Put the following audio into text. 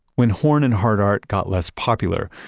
when horn and hardart got less popular,